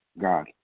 God